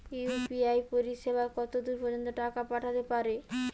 UPI পরিসেবা কতদূর পর্জন্ত টাকা পাঠাতে পারি?